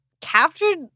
captured